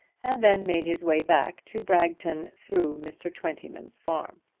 and then made his way back to bragton through mr. twentyman's farm.